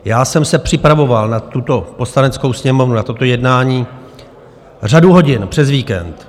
Já jsem se připravoval na tuto Poslaneckou sněmovnu, na toto jednání řadu hodin přes víkend.